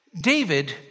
David